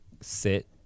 sit